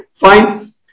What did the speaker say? fine